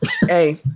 Hey